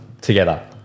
together